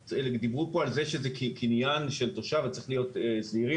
דיברו כאן על כך שזה קניין של תושב וצריך להיות זהירים.